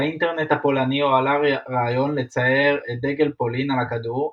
באינטרנט הפולני הועלה הרעיון לצייר את דגל פולין על הכדור,